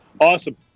Awesome